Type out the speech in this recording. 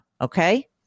Okay